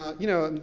ah you know,